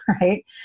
right